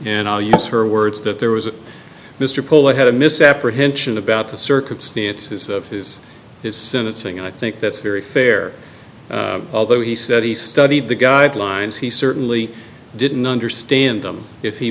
and i'll use her words that there was a mr paul that had a misapprehension about the circumstances of his sentencing and i think that's very fair although he said he studied the guidelines he certainly didn't understand them if he